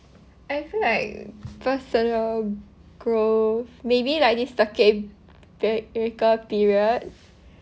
I feel like personal growth maybe like this circuit breaker period